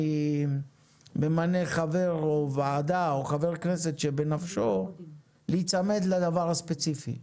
אני ממנה חבר או ועדה או חבר כנסת שבנפשו להיצמד לדבר הספציפי.